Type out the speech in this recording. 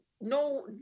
no